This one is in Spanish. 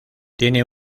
tiene